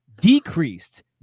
decreased